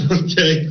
okay